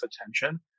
attention